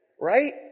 Right